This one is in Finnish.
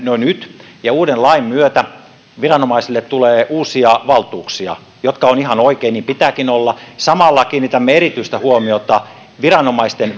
jo nyt ja tämän uuden lain myötä viranomaisille tulee uusia valtuuksia jotka ovat ihan oikein niin pitääkin olla samalla kiinnitämme erityistä huomiota viranomaisten